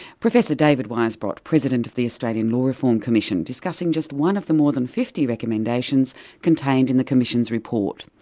professor david weisbrot, president of the australian law reform commission, discussing just one of the more than fifty recommendations contained in the commission's report.